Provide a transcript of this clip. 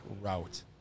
route